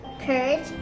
Courage